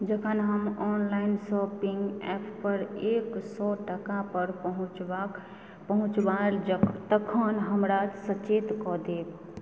जखन हम online shopping app पर एक सए टका पर पहुँचबाक पहुँचब तखन हमरा सचेत कऽ देब